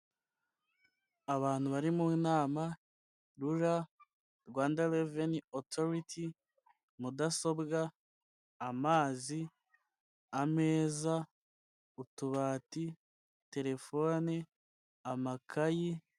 Abantu bari muna rura Rwanda reveni otoriti, mudasobwa amazi ameza utubati terefone amakayi.